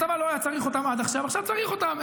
הצבא לא היה צריך אותם עד עכשיו, עכשיו צריך אותם.